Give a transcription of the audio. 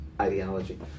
ideology